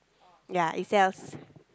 ya itself